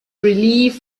relief